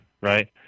Right